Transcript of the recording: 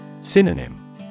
Synonym